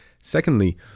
Secondly